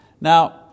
Now